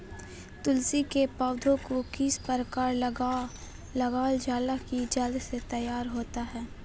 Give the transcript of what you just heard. तुलसी के पौधा को किस प्रकार लगालजाला की जल्द से तैयार होता है?